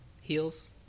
heels